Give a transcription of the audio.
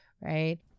right